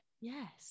Yes